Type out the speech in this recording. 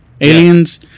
aliens